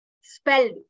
spelled